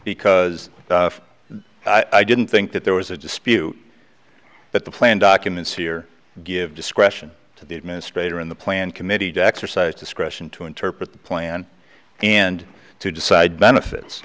because i didn't think that there was a dispute that the plan documents here give discretion to the administrator in the planning committee to exercise discretion to interpret the plan and to decide benefits